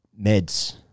Meds